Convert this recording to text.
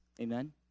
Amen